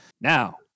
Now